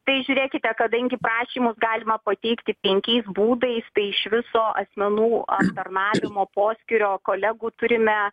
tai žiūrėkite kadangi prašymus galima pateikti penkiais būdais tai iš viso asmenų aptarnavimo poskyrio kolegų turime